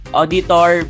auditor